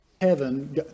heaven